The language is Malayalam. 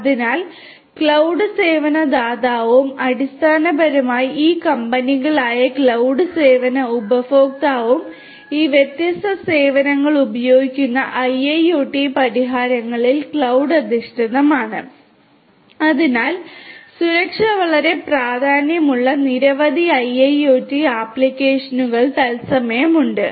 അതിനാൽ ക്ലൌഡ് സേവന ദാതാവും അടിസ്ഥാനപരമായി ഈ കമ്പനികളായ ക്ലൌഡ് സേവന ഉപഭോക്താവും ഈ വ്യത്യസ്ത സേവനങ്ങൾ ഉപയോഗിക്കുന്ന IIoT പരിഹാരങ്ങൾ ക്ലൌഡ് അധിഷ്ഠിതമാണ് അതിനാൽ സുരക്ഷ വളരെ പ്രാധാന്യമുള്ള നിരവധി IIoT ആപ്ലിക്കേഷനുകൾ തത്സമയം ഉണ്ട്